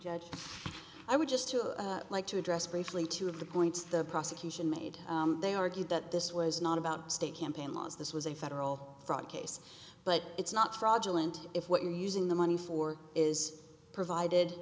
judge i would just like to address briefly two of the points the prosecution made they argued that this was not about state campaign laws this was a federal fraud case but it's not fraudulent if what you're using the money for is provided